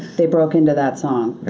they broke into that song